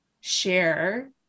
share